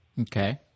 Okay